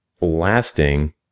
lasting